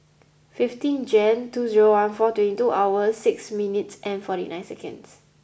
fifteen Jan two zero one four twenty two hours six minutes and forty nine seconds